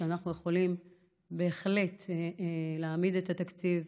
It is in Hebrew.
ואנחנו יכולים בהחלט להעמיד את התקציב,